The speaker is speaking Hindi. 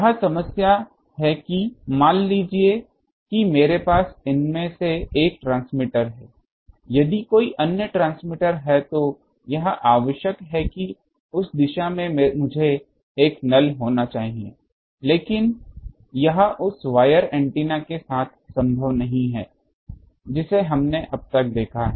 यह समस्या है कि मान लीजिए कि मेरे पास इसमें से एक ट्रांसमीटर है यदि कोई अन्य ट्रांसमीटर है तो यह आवश्यक है कि उस दिशा में मुझे एक नल होना चाहिए लेकिन यह उस वायर एंटीना के साथ संभव नहीं है जिसे हमने अब तक देखा है